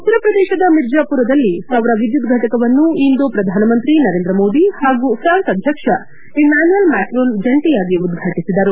ಉತ್ತರಪ್ರದೇಶದ ಮಿರ್ಜಾಪುರದಲ್ಲಿ ಸೌರ ವಿದ್ಯುತ್ ಫೆಟಕವನ್ನು ಇಂದು ಪ್ರಧಾನಮಂತ್ರಿ ನರೇಂದ್ರಮೋದಿ ಹಾಗೂ ಪ್ರಾನ್ಸ್ ಅಧ್ಯಕ್ಷ ಇಮ್ಹಾನುವಲ್ ಮೈಕ್ರೋನ್ ಜಂಟಯಾಗಿ ಉದ್ಘಾಟಿಸಿದರು